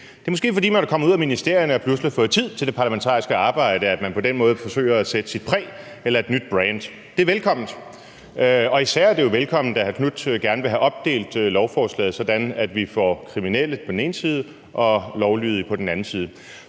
Det er måske, fordi man er kommet ud af ministerierne og pludselig har fået tid til det parlamentariske arbejde, at man på den måde forsøger at sætte sit præg eller et nyt brand. Det er velkomment. Og især er det jo velkomment, at hr. Marcus Knuth gerne vil have opdelt lovforslaget, sådan at vi får kriminelle på den ene side og lovlydige på den anden side.